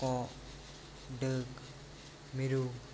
ᱠᱚᱸᱜ ᱵᱟᱹᱠ ᱢᱤᱨᱩ